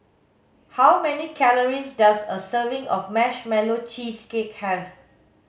how many calories does a serving of marshmallow cheesecake have